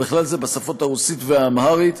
ובכלל זה ברוסית ובאמהרית,